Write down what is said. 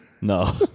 No